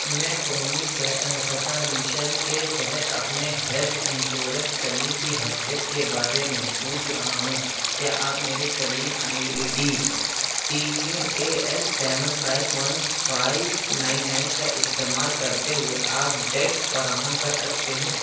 میں قومی سطح مشن کے تحت اپنے ہیلتھ انشورنس کلیم کی حیثیت کے بارے میں پوچھ رہا ہوں کیا آپ میری claim I D T Q A L seven five one five nine nine کا استعمال کرتے ہوئے اپڈیٹ فراہم کر سکتے ہیں